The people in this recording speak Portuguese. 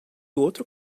outro